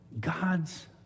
God's